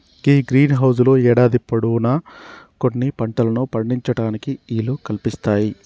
గీ green house లు యేడాది పొడవునా కొన్ని పంటలను పండించటానికి ఈలు కల్పిస్తాయి